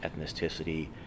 ethnicity